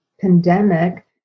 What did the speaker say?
pandemic